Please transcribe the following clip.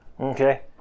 Okay